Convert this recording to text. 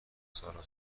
سارا